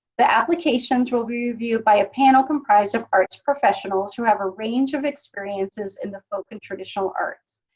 the applications will be reviewed by a panel comprised of arts professionals who have a range of experiences in the folk and traditional arts.